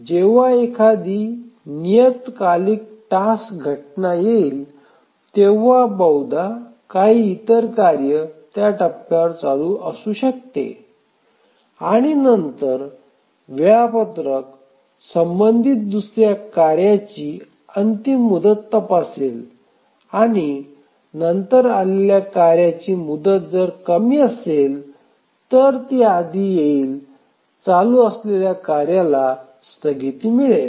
जेव्हा एखादी नियतकालिक टास्क घटना येईल तेव्हा बहुधा काही इतर कार्य त्या टप्प्यावर चालू असू शकते आणि नंतर वेळापत्रक संबंधित दुसऱ्या कार्यांची अंतिम मुदत तपासेल आणि नंतर आलेल्या कार्याची मुदत कमी असेल तर ती आधी येईल चालू असलेल्या कार्याला स्थगिती मिळेल